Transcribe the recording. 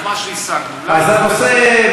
אז השגנו משהו.